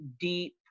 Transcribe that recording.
deep